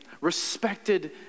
respected